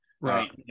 Right